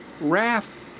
wrath